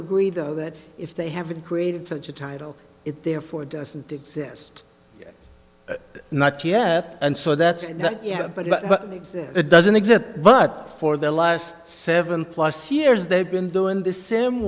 agree though that if they haven't created such a title it therefore doesn't exist not yet and so that's yeah but it doesn't exist but for the last seven plus years they've been doing the same